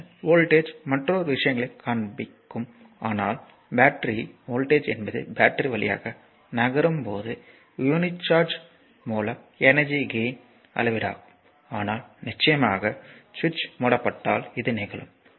பின்னர் வோல்ட்டேஜ் மற்றொரு விஷயங்களைக் காண்பிக்கும் ஆனால் பேட்டரி வோல்ட்டேஜ் என்பது பேட்டரி வழியாக நகரும் போது யூனிட் சார்ஜ் மூலம் எனர்ஜி கெயின் அளவீடு ஆகும் ஆனால் நிச்சயமாக சுவிட்ச் மூடப்பட்டால் இது நிகழும்